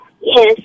Yes